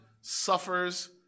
suffers